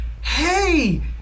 Hey